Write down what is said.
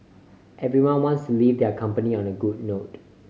everyone wants to leave their company on a good note